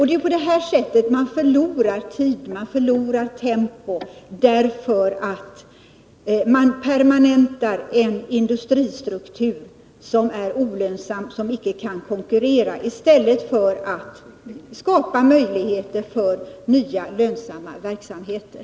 Det är på detta sätt som man förlorar tid och tempo — man permanentar en industristruktur som är olönsam och inte kan konkurrera, i stället för att skapa möjligheter för nya, lönsamma verksamheter.